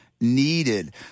needed